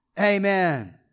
Amen